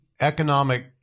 economic